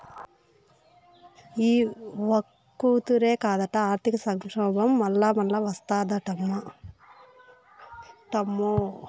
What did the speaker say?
ఈ ఒక్కతూరే కాదట, ఆర్థిక సంక్షోబం మల్లామల్లా ఓస్తాదటమ్మో